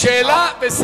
שאלה.